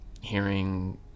hearing